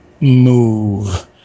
move